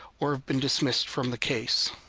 or have been dismissed from the case.